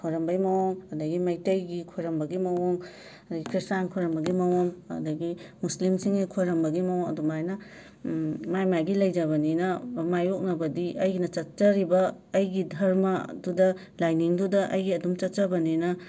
ꯈꯣꯏꯔꯝꯕꯒꯤ ꯃꯑꯣꯡ ꯑꯗꯒꯤ ꯃꯩꯇꯩꯒꯤ ꯈꯣꯏꯔꯝꯕꯒꯤ ꯃꯑꯣꯡ ꯑꯗꯒꯤ ꯈ꯭ꯔꯤꯁꯇꯥꯟ ꯈꯣꯏꯔꯝꯕꯒꯤ ꯃꯑꯣꯡ ꯑꯗꯒꯤ ꯃꯨꯁꯂꯤꯝꯁꯤꯡꯒꯤ ꯈꯣꯏꯔꯝꯕꯒꯤ ꯃꯋꯣꯡ ꯑꯗꯨꯃꯥꯏꯅ ꯃꯥꯏ ꯃꯥꯏꯒꯤ ꯂꯩꯖꯕꯅꯤꯅ ꯃꯥꯌꯣꯛꯅꯕꯗꯤ ꯑꯩꯒꯤꯅ ꯆꯠꯆꯔꯤꯕ ꯑꯩꯒꯤ ꯙꯔꯃ ꯑꯗꯨꯗ ꯂꯥꯏꯅꯤꯡꯗꯨꯗ ꯑꯩꯒꯤ ꯑꯗꯨꯝ ꯆꯠꯆꯕꯅꯤꯅ